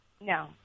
No